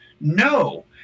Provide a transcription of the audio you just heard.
no